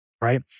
right